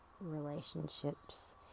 relationships